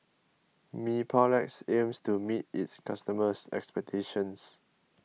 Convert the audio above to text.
Mepilex aims to meet its customers' expectations